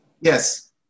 Yes